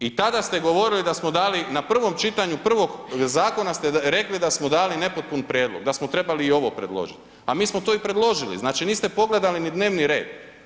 I tada ste govorili da smo dali na prvom čitanju prvog zakona ste rekli da smo dali nepotpun prijedlog, da smo trebali i ovo trebali i ovo predložiti, pa mi smo to i predložili, znači niste pogledali ni dnevni red.